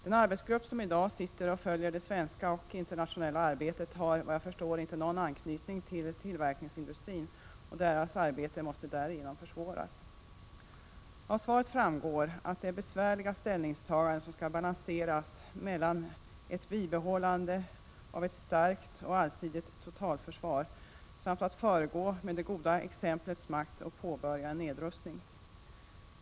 Den arbetsgrupp som i dag följer det svenska och internationella arbetet har såvitt jag förstår inte någon anknytning till tillverkningsindustrin, och dess arbete måste därigenom försvåras. Av svaret framgår att det är besvärliga ställningstaganden som skall balanseras: att bibehålla ett starkt och allsidigt totalförsvar eller att föregå med gott exempel och påbörja en nedrustning.